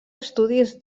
estudis